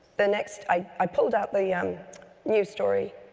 the next i i pulled out the yeah um news story,